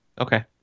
okay